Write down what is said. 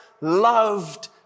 loved